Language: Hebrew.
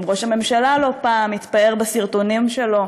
גם ראש הממשלה לא פעם התפאר בסרטונים שלו,